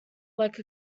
like